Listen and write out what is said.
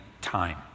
time